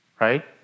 right